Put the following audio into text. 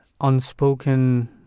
unspoken